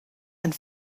and